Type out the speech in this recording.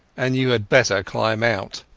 and you had better climb out